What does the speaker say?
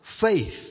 faith